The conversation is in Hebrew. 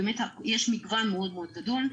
יש מגוון מאוד גדול.